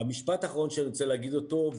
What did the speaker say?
המשפט האחרון שאני רוצה להגיד אותו,